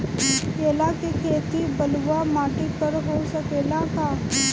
केला के खेती बलुआ माटी पर हो सकेला का?